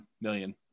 million